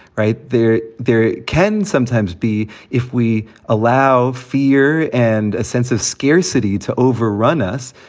right. there there can sometimes be if we allow fear and a sense of scarcity to overrun us,